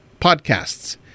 Podcasts